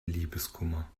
liebeskummer